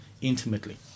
intimately